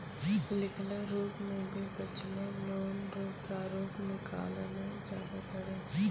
लिखलो रूप मे भी बचलो लोन रो प्रारूप निकाललो जाबै पारै